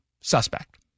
suspect